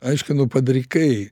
aiškinu padrikai